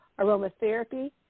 aromatherapy